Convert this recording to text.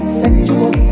sexual